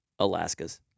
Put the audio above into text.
Alaskas